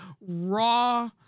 raw